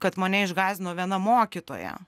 kad mane išgąsdino viena mokytoja